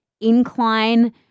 incline